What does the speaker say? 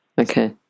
okay